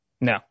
No